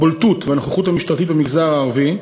הבולטות והנוכחות המשטרתית במגזר הערבי,